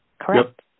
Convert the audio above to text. Correct